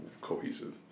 cohesive